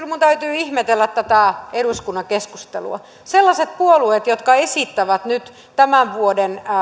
minun täytyy ihmetellä tätä eduskunnan keskustelua sellaiset puolueet jotka esittävät nyt tämän vuoden